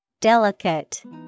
Delicate